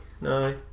No